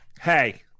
Hey